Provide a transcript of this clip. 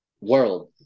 world